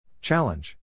Challenge